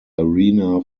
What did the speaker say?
arena